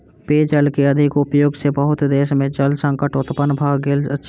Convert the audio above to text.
पेयजल के अधिक उपयोग सॅ बहुत देश में जल संकट उत्पन्न भ गेल अछि